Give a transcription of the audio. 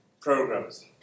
programs